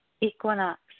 equinox